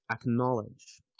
Acknowledge